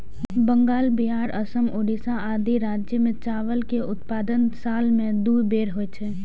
बंगाल, बिहार, असम, ओड़िशा आदि राज्य मे चावल के उत्पादन साल मे दू बेर होइ छै